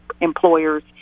employers